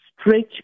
stretch